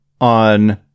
on